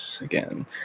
again